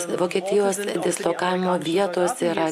vokietijos dislokavimo vietos yra